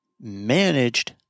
Managed